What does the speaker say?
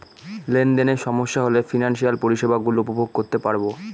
লেনদেনে সমস্যা হলে ফিনান্সিয়াল পরিষেবা গুলো উপভোগ করতে পারবো